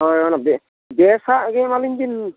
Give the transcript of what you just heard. ᱦᱳᱭ ᱚᱱᱟ ᱵᱮᱥᱟᱜ ᱜᱮ ᱮᱢᱟ ᱞᱤᱧ ᱵᱮᱱ